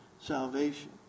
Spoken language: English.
salvation